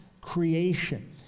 creation